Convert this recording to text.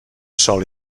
sòl